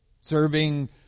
serving